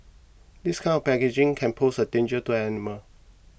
this kind of packaging can pose a danger to animals